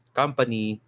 company